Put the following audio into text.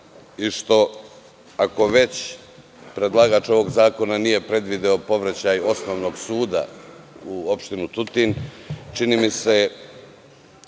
i što, ako već predlagač ovog zakona nije predvideo povraćaj osnovnog suda u opštinu Tutin, čini mi se